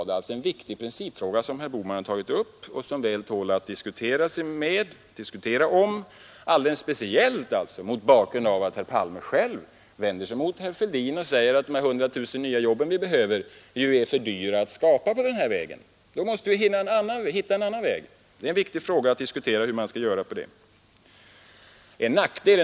Det var en viktig principfråga som herr Bohman tog upp och som väl tål att diskuteras, alldeles speciellt mot bakgrund av att herr Palme själv vänder sig emot herr Fälldin och säger att de här hundratusen nya jobben som vi behöver är för dyra att skapa med statliga punktinsatser. Då måste vi hitta en annan väg. Det är en viktig fråga att diskutera hur man skall göra härvidlag.